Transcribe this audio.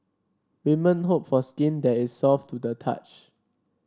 women hope for skin that is soft to the touch